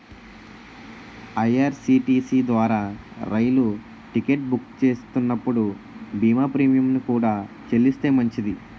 IRCTC ద్వారా రైలు ticket book చేస్తున్నప్పుడు బీమా ప్రీమియంను కూడా చెల్లిస్తే మంచిది